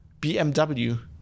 BMW